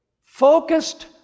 focused